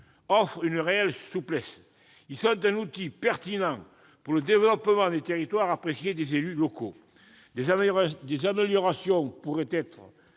offrent une réelle souplesse. Ils sont un outil pertinent pour le développement des territoires, apprécié des élus locaux. Des améliorations pourraient être